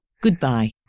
Goodbye